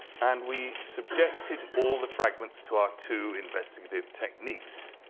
and we subjected all the fragments to our two investigative techniques.